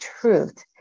truth